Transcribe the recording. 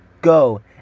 go